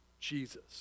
Jesus